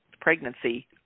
pregnancy